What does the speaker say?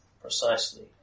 precisely